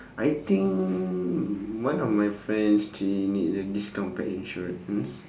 I think one of my friends she need uh this kind of a pet insurance